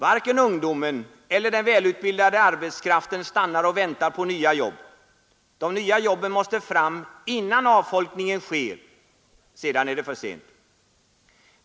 Varken ungdomen eller den välutbildade arbetskraften stannar och väntar på nya jobb. De nya jobben måste fram innan avfolkningen sker, sedan är det för sent.